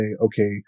okay